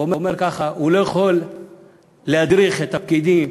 הוא אומר ככה: הוא לא יכול להדריך את הפקידים,